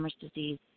disease